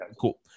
Cool